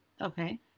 Okay